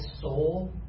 soul